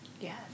Yes